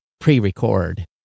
pre-record